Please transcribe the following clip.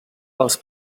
els